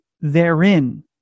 therein